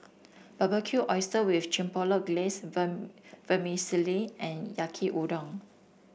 Barbecued Oyster with Chipotle Glaze Vermicelli and Yaki Udon